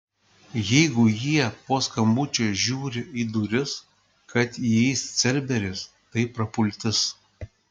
jeigu jie po skambučio žiūri į duris kad įeis cerberis tai prapultis